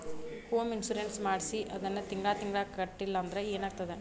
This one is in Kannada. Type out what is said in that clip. ಹೊಮ್ ಇನ್ಸುರೆನ್ಸ್ ಮಾಡ್ಸಿ ಅದನ್ನ ತಿಂಗ್ಳಾ ತಿಂಗ್ಳಾ ಕಟ್ಲಿಲ್ಲಾಂದ್ರ ಏನಾಗ್ತದ?